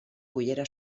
cullera